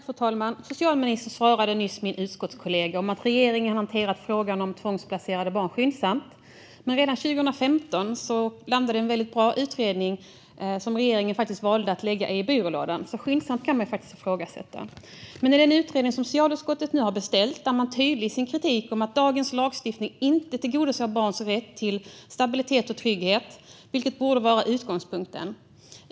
Fru talman! Socialministern svarade nyss min utskottskollega att regeringen hanterar frågan om tvångsplacerade barn skyndsamt. Redan 2015 landade en väldigt bra utredning på bordet, men regeringen valde att lägga den i byrålådan. Att det sker skyndsamt är något man alltså kan ifrågasätta. I en utredning som socialutskottet nu har beställt är man tydlig i sin kritik mot dagens lagstiftning. Den tillgodoser inte barns rätt till stabilitet och trygghet, vilket borde vara utgångspunkten.